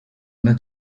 una